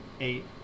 eight